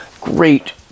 Great